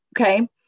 okay